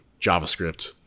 javascript